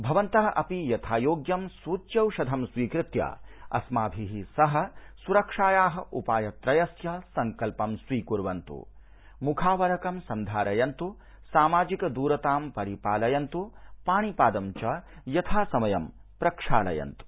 भवन्तः अपि यथायोग्यं सूच्यौषधं स्वीकृत्य अस्माभि सह सुरक्षाया उपायत्रयस्य सड्कल्पं स्वीकुर्वन्तु मुखावरकं सन्धारयन्तु सामाजिकदूरतां परिपालयन्तु पाणिपादं च यथासमयं प्रक्षालयन्तु